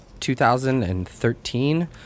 2013